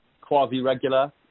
quasi-regular